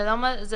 זה לא מתאים.